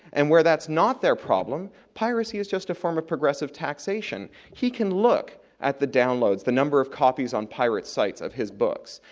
and where that's not their problem piracy is just a form of progressive taxation'. he can look at the downloads, the number of copies on pirate sites of his books,